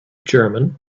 german